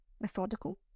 methodical